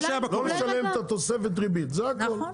לא לשלם את תוספת הריבית, זה הכול.